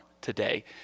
today